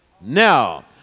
Now